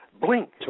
Blink